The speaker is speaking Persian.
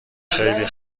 خیلی